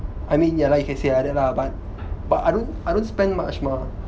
I mean ya lah you can say like that lah but but I don't I don't spend much mah